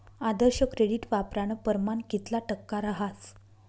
आदर्श credit वापरानं परमाण कितला टक्का रहास